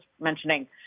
mentioning